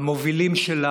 המובילים שלה